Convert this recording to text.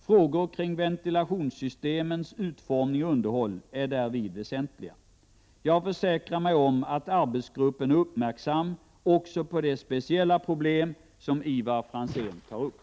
Frågor kring ventilationssystemens utformning och underhåll är därvid väsentliga. Jag har försäkrat mig om att arbetsgruppen är uppmärk 90 sam också på det speciella problem som Ivar Franzén tar upp.